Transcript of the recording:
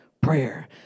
prayer